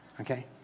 Okay